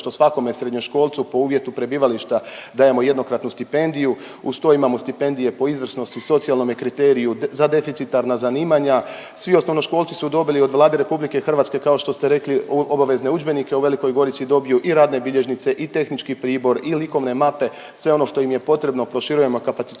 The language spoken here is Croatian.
što svakome srednjoškolcu po uvjetu prebivališta dajemo jednokratnu stipendiju. Uz to imamo stipendije po izvrsnosti, socijalnome kriteriju, za deficitarna zanimanja. Svi osnovnoškolci su dobili od Vlade RH kao što ste rekli obavezne udžbenike, u Velikoj Gorici dobiju i radne bilježnice i tehnički pribor i likovne mape, sve ono što im je potrebno. Proširujemo kapacitete